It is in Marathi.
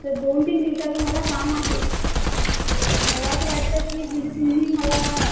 असं दोन तीन दिवसाचं मला काम आहे तर मला असं वाटतं की म्हणजे तुम्ही मला